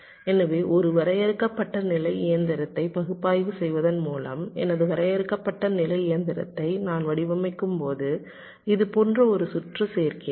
எனவே ஒரு வரையறுக்கப்பட்ட நிலை இயந்திரத்தை பகுப்பாய்வு செய்வதன் மூலம் எனது வரையறுக்கப்பட்ட நிலை இயந்திரத்தை நான் வடிவமைக்கும்போது இது போன்ற ஒரு சுற்று சேர்க்கிறேன்